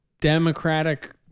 Democratic